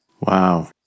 Wow